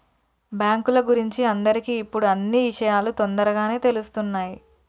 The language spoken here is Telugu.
బాంకుల గురించి అందరికి ఇప్పుడు అన్నీ ఇషయాలు తోందరగానే తెలుస్తున్నాయి